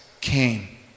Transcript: came